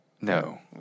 No